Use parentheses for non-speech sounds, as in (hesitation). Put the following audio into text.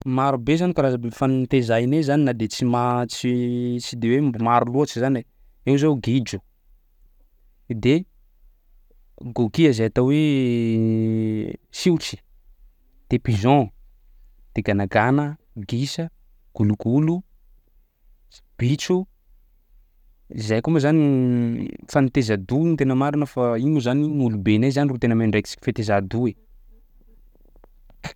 Marobe zany ny karazam-biby fa notezainay zany na de tsy ma- tsy tsy de hoe mbo maro loatsy zany e, eo zao gidro, de gokia zay atao hoe (hesitation) siotry de pigeon de ganagana, gisa, gologolo, s- bitro, zahay koa moa zany (hesitation) (noise) fa nitaiza do ny tena marina fa igny moa zany gny olobe anay zany ro tena miandraikitry fitaizà do e.